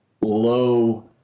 low